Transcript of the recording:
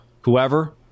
whoever